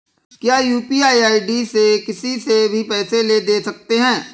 क्या UPI ID से किसी से भी पैसे ले दे सकते हैं?